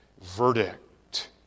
verdict